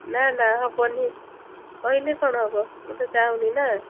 ନା ନା ହେବନି କହିଲେ କ'ଣ ହେବ ମୁଁ ତ ଚାହୁଁନି ନା